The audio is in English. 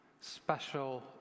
special